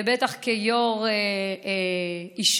ובטח כיו"ר אישה